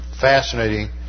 fascinating